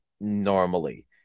normally